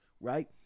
right